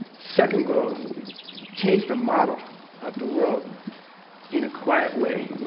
second goal change the model of the world in a quiet way,